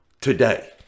today